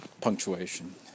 punctuation